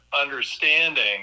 understanding